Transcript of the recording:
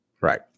right